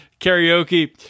karaoke